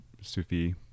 Sufi